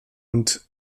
und